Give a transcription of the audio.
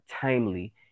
timely